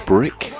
Brick